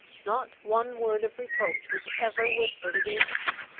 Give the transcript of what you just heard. not one word of reproach was ever whispered against me.